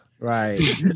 right